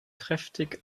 kräftig